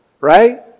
Right